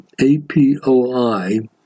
APOI